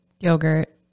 Yogurt